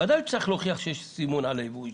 בוודאי הוא צריך להוכיח שיש סימון על הייבוא האישי.